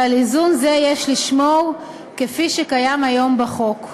ועל איזון זה יש לשמור כפי שקיים היום בחוק.